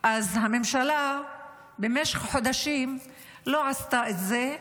אז הממשלה במשך חודשים לא עשתה את זה,